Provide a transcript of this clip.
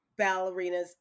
ballerinas